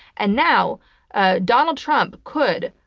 and now ah donald trump could,